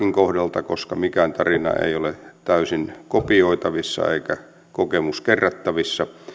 irakin kohdalta koska mikään tarina ei ole täysin kopioitavissa eikä kokemus kerrattavissa